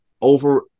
Over